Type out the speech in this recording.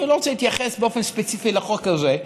אני לא רוצה להתייחס באופן ספציפי לחוק הזה,